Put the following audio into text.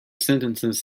sentences